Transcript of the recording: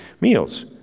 meals